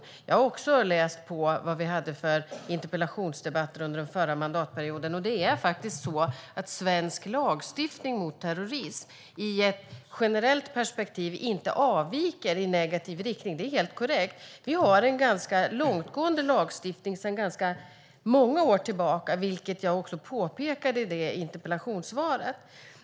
Också jag har läst på vad vi hade för interpellationsdebatter under den förra mandatperioden. Svensk lagstiftning mot terrorism avviker i ett generellt perspektiv inte i negativ riktning. Det är helt korrekt. Vi har en ganska långtgående lagstiftning sedan ganska många år tillbaka, vilket jag också påpekade i det interpellationssvaret.